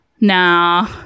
nah